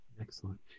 Excellent